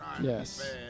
Yes